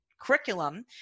curriculum